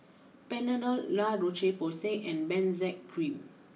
Panadol La Roche Porsay and Benzac cream